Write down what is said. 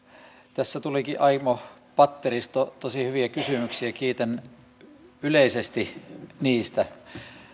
tässä tulikin aimo patteristo tosi hyviä kysymyksiä kiitän yleisesti niistä